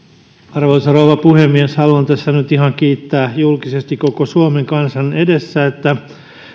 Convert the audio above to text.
arvoisa rouva puhemies haluan tässä nyt ihan julkisesti kiittää koko suomen kansan edessä että